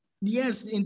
Yes